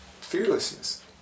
fearlessness